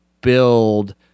build